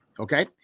Okay